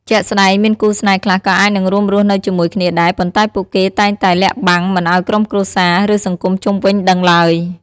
ជាក់ស្តែង មានគូស្នេហ៍ខ្លះក៏អាចនឹងរួមរស់នៅជាមួយគ្នាដែរ ប៉ុន្តែពួកគេតែងតែ លាក់បាំង មិនឱ្យក្រុមគ្រួសារ ឬសង្គមជុំវិញដឹងឡើយ។